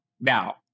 now